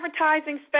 advertising